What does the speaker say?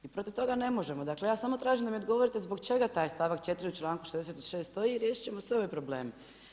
I protiv toga ne možemo, dakle ja samo tražimo da mi odgovorite zbog čega taj stavak 4. u članku 66. stoji, i riješit ćemo sve ove probleme.